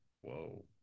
Whoa